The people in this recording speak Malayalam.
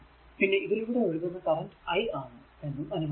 പിന്നെ ഇതിലൂടെ ഒഴുകുന്ന കറന്റ് i ആണ് എന്നും അനുമാനിക്കുക